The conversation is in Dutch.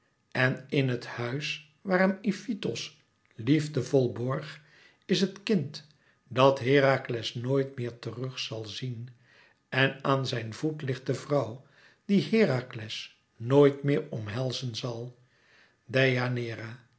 en in het huis waar hem ifitos liefdevol borg is het kind dat herakles nooit meer terug zal zien en aan zijn voet ligt de vrouw die herakles nooit meer omhelzen zal